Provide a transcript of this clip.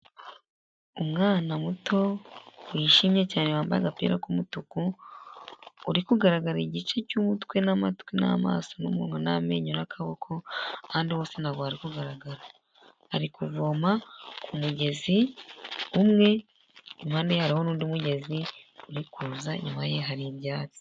Umwana muto wishimye cyane wambaye agapira k'umutuku, uri kugaragara igice cy'umutwe, n'amatwi, n'amaso, n'umunwa, n'amenyo, n'akaboko, ahandi hose ntabwo hari kugaragara. Ari kuvoma kumugezi umwe impandeye hariho n'undi mugezi uri kuza, inyuma ye hari ibyatsi.